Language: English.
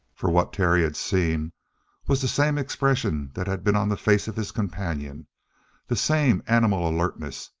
for what terry had seen was the same expression that had been on the face of his companion the same animal alertness,